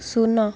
ଶୂନ